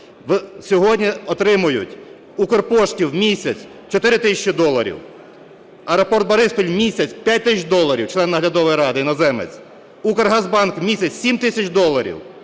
сьогодні отримують: в "Укрпошті" в місяць - 4 тисячі доларів; аеропорт "Бориспіль" в місяць - 5 тисяч доларів, член наглядової ради, іноземець; "Укргазбанк" в місяць - 7 тисяч доларів;